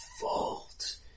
fault